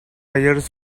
hears